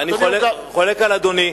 אני חולק על אדוני.